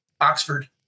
Oxford